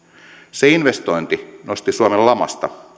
se investointi nosti suomen lamasta